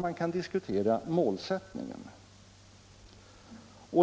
man kan aldrig diskutera målsättningen.